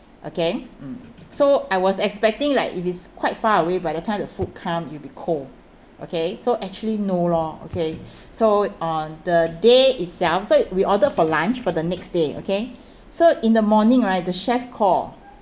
okay mm so I was expecting like if it's quite far away by the time the food come it'll be cold okay so actually no lor okay so on the day itself so we ordered for lunch for the next day okay so in the morning right the chef call